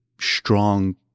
strong